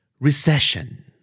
Recession